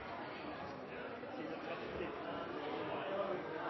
I dag kan